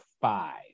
five